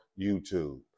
YouTube